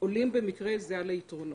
עולים במקרה זה על היתרונות.